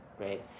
Right